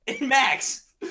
Max